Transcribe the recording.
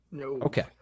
Okay